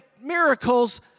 miracles